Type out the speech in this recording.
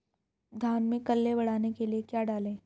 धान में कल्ले बढ़ाने के लिए क्या डालें?